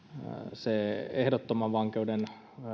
se ehdottoman vankeuden